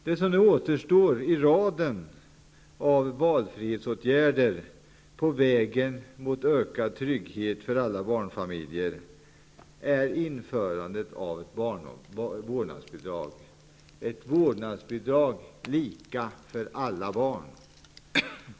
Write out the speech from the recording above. Det som nu återstår i raden av valfrihetsåtgärder, på vägen mot ökad trygghet för alla barnfamiljer, är införandet av ett vårdnadsbidrag -- ett vårdnadsbidrag, lika för alla barn.